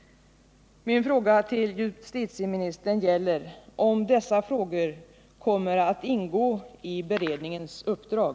Min fråga till justitieministern gäller om dessa frågor kommer att ingå i beredningens uppdrag.